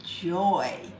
joy